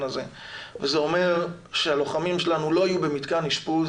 הזה וזה אומר שהלוחמים שלנו לא יהיו במתקן אשפוז